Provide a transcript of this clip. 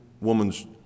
woman's